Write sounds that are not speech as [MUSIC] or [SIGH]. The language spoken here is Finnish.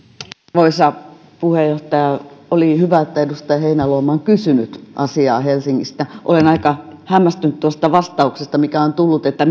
arvoisa puheenjohtaja oli hyvä että edustaja heinäluoma on kysynyt asiaa helsingistä olen aika hämmästynyt tuosta vastauksesta mikä on tullut että [UNINTELLIGIBLE]